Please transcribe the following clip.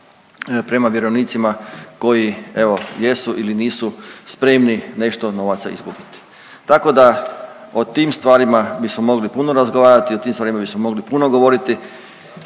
prema vjerovnicima koji evo jesu ili nisu spremni nešto novaca izgubiti. Tako da o tim stvarima bismo mogli puno razgovarati, o tim stvarima bismo mogli puno govoriti,